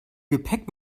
gepäck